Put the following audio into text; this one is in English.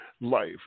life